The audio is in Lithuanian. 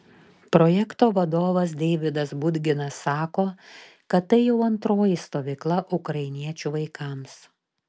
projekto vadovas deividas budginas sako kad tai jau antroji stovykla ukrainiečių vaikams